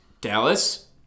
Dallas